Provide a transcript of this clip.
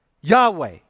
Yahweh